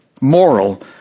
moral